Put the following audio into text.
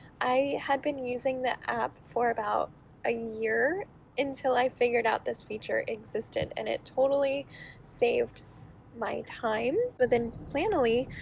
i had been using the app for about a year until i figured out this feature existed, and it totally saved my time. within planoly,